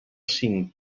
cinc